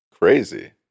Crazy